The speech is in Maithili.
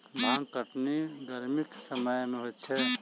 भांग कटनी गरमीक समय मे होइत छै